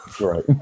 right